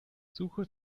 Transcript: suche